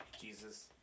Jesus